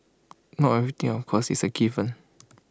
not everything of course is A given